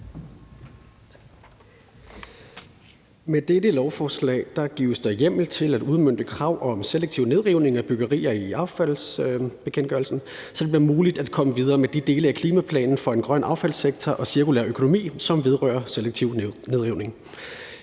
Med dette lovforslag gives der hjemmel i affaldsbekendtgørelsen til at udmønte krav om selektiv nedrivning af byggerier så det vil være muligt at komme videre med de dele af »Klimaplan for en grøn affaldssektor og cirkulær økonomi«, som vedrører selektiv nedrivning.